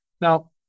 Now